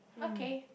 okay